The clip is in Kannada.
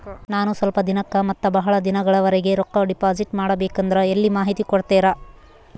ನಾನು ಸ್ವಲ್ಪ ದಿನಕ್ಕ ಮತ್ತ ಬಹಳ ದಿನಗಳವರೆಗೆ ರೊಕ್ಕ ಡಿಪಾಸಿಟ್ ಮಾಡಬೇಕಂದ್ರ ಎಲ್ಲಿ ಮಾಹಿತಿ ಕೊಡ್ತೇರಾ?